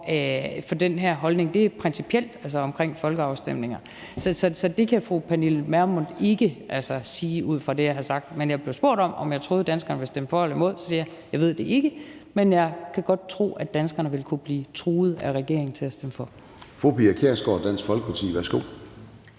for den her holdning, for det er principielt – altså omkring folkeafstemninger – så det kan fru Pernille Vermund altså ikke sige ud fra det, jeg har sagt. Jeg blev spurgt om, om jeg troede, at danskerne ville stemme for eller imod, og jeg sagde, at det ved jeg ikke, men jeg kunne godt tro, at danskerne ville kunne blive truet af regeringen til at stemme for.